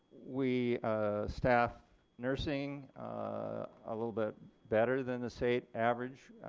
we staff nursing a little bit better than the state average,